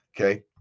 Okay